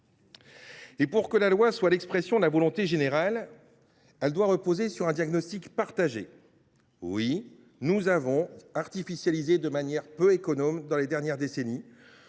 pour que la loi soit l’expression de la volonté générale, elle doit reposer sur un diagnostic partagé. Oui, nous avons artificialisé de manière peu économe dans les dernières décennies,